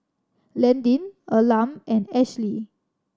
Landyn Elam and Ashlea